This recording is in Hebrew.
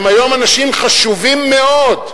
שהם היום אנשים חשובים מאוד בקואליציה,